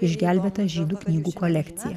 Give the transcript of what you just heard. išgelbėtą žydų knygų kolekciją